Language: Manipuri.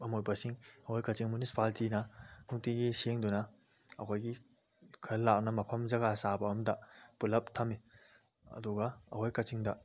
ꯑꯃꯣꯠꯄꯁꯤꯡ ꯑꯩꯈꯣꯏ ꯀꯛꯆꯤꯡ ꯃꯨꯅꯤꯁꯤꯄꯥꯂꯤꯇꯤꯅ ꯅꯨꯡꯇꯤꯒꯤ ꯁꯦꯡꯗꯨꯅ ꯑꯩꯈꯣꯏꯒꯤ ꯈꯔ ꯂꯥꯞꯅ ꯃꯐꯝ ꯖꯥꯒ ꯆꯥꯕ ꯑꯝꯗ ꯄꯨꯂꯞ ꯊꯝꯃꯤ ꯑꯗꯨꯒ ꯑꯩꯈꯣꯏ ꯀꯛꯆꯤꯡꯗ